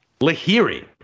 Lahiri